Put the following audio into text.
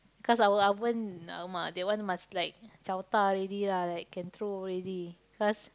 cause our oven !alamak! that one must like chao ta already lah like can throw already cause